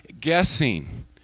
guessing